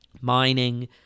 mining